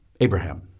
Abraham